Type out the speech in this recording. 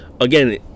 again